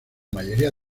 mayoría